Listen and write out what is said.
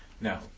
Now